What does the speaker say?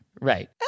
Right